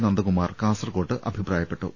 നന്ദകുമാർ കാസർക്കോട്ട് അഭിപ്രായപ്പെട്ടു